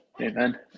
Amen